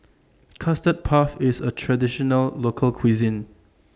Custard Puff IS A Traditional Local Cuisine